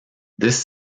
this